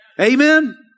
Amen